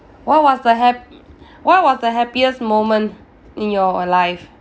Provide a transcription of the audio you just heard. what was the hap~ what was the happiest moment in your life